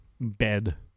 bed